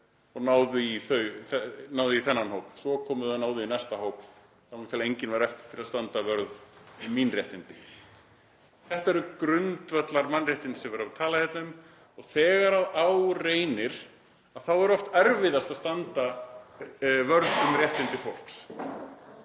og náðu í þennan hóp, svo komu þau og náðu í næsta hóp þangað til enginn var eftir til að standa vörð mín réttindi. Þetta eru grundvallarmannréttindi sem verið er að tala um hérna og þegar á reynir er oft erfiðast að standa vörð um réttindi fólks.